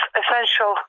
essential